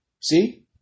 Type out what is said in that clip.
See